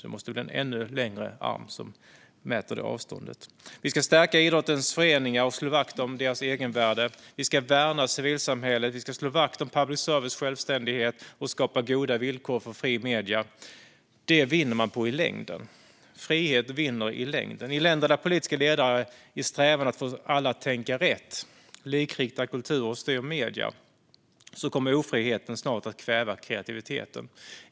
Det måste bli en ännu längre arm som mäter det avståndet. Vi ska stärka idrottens föreningar och slå vakt om deras egenvärde. Vi ska värna civilsamhället. Vi ska slå vakt om public services självständighet och skapa goda villkor för fria medier. Det vinner man på i längden. Frihet vinner i längden. I länder där politiska ledare i sin strävan att få alla att tänka rätt likriktar kultur och styr medier kommer ofriheten snart att kväva kreativiteten.